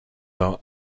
are